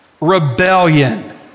rebellion